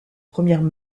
premières